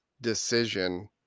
decision